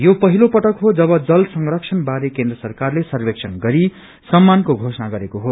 यो पहिलो पटक हो जब जल संरक्षण बारे केन्द्र सरकारले सर्वेक्षण गरी सम्मानको घोषणा गरेको हो